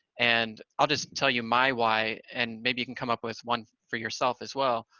and i'll just tell you my why and maybe you can come up with one for yourself as well.